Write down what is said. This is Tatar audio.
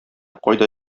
кайда